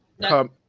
come